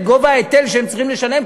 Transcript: את גובה ההיטל שהם צריכים לשלם,